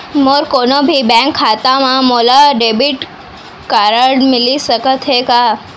मोर कोनो भी बैंक खाता मा मोला डेबिट कारड मिलिस सकत हे का?